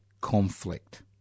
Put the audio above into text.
conflict